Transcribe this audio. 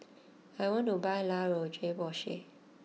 I want to buy La Roche Porsay